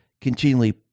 continually